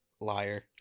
Liar